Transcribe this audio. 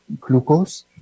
glucose